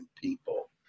people